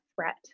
threat